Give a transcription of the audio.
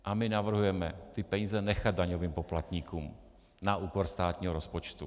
A my navrhujeme ty peníze nechat daňovým poplatníkům na úkor státního rozpočtu.